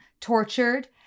tortured